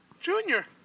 Junior